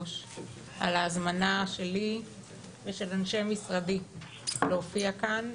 על ההזמנה שלי ושל אנשי משרדי להופיע כאן,